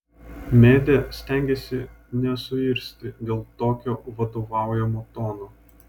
medė stengėsi nesuirzti dėl tokio vadovaujamo tono